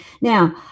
Now